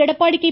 Edappadi K